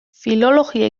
filologia